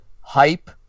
hype